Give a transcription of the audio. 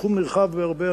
בתחום נרחב בהרבה.